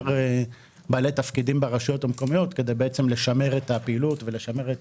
בעיקר בעלי תפקידים ברשויות המקומיות כדי לשמר את הפעילות ולשמר את